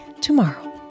tomorrow